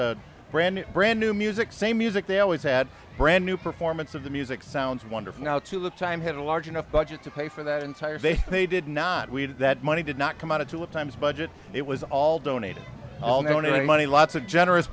a brand new brand new music same music they always had a brand new performance of the music sounds wonderful now to look time had a large enough budget to pay for that entire day they did not we did that money did not come out of two of times budget it was all donated all no money lots of generous